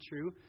true